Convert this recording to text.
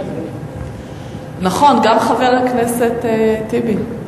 נכון, גם חבר הכנסת טיבי.